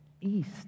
east